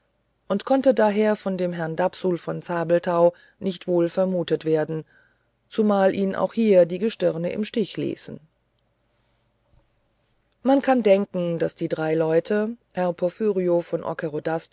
und konnte daher von dem herrn dapsul von zabelthau nicht wohl vermutet werden zumal ihn auch hier die gestirne im stich ließen man kann denken daß die drei leute herr porphyrio von